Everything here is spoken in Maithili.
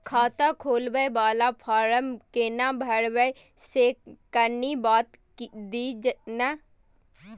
खाता खोलैबय वाला फारम केना भरबै से कनी बात दिय न?